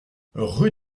rue